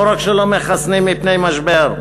לא רק שלא מחסנים מפני משבר,